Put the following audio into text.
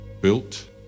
built